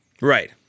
Right